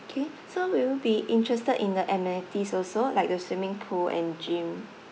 K so will you be interested in the amenities also like the swimming pool and gym